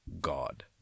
God